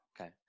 Okay